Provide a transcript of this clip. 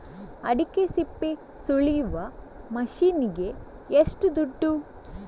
ಅಡಿಕೆ ಸಿಪ್ಪೆ ಸುಲಿಯುವ ಮಷೀನ್ ಗೆ ಏಷ್ಟು ದುಡ್ಡು?